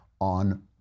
on